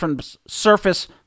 surface